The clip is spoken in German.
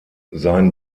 sein